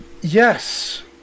Yes